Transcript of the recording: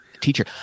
teacher